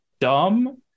dumb